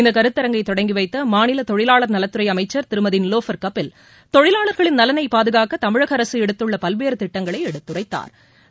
இந்த கருத்தரங்கை தொடங்கி வைத்த மாநில தொழிலாளா் நலத்துறை அமைச்சா் திருமதி நிலோபா் கபில் தொழிலாளா்களின் நலனை பாதுகாக்க தமிழக அரசு எடுத்துள்ள பல்வேறு திட்டங்களை எடுத்துரைத்தாா்